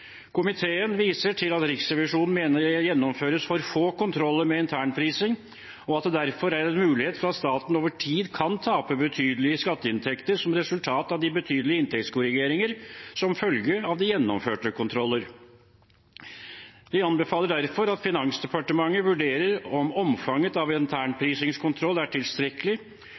Komiteen viser til at Riksrevisjonen mener det gjennomføres for få kontroller med internprising, og at det derfor er en mulighet for at staten over tid kan tape betydelige skatteinntekter som resultat av de betydelige inntektskorrigeringer som følge av de gjennomførte kontroller. Vi anbefaler derfor at Finansdepartementet vurderer om omfanget av internprisingskontroll er tilstrekkelig